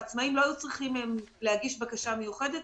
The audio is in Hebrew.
העצמאיים לא היו צריכים להגיש בקשה מיוחדת,